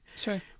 sure